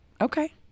Okay